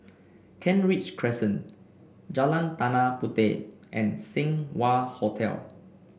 Kent Ridge Crescent Jalan Tanah Puteh and Seng Wah Hotel